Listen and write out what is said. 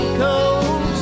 cold